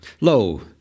Lo